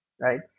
right